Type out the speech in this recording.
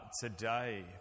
today